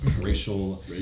Racial